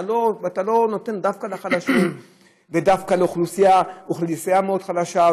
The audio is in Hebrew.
אתה לא נותן דווקא לחלשים ודווקא לאוכלוסייה מאוד חלשה,